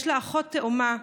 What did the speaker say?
יש לה אחות תאומה,